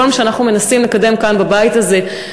כל מה שאנחנו מנסים לקדם כאן בבית הזה,